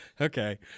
Okay